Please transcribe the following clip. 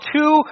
two